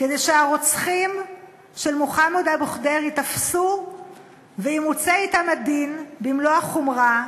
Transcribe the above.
כדי שהרוצחים של מוחמד אבו ח'דיר ייתפסו וימוצה אתם הדין במלוא החומרה,